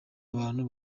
abantu